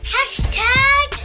Hashtag